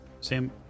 Sam